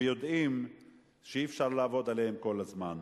ויודעים שאי-אפשר לעבוד עליהם כל הזמן.